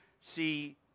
see